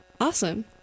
Awesome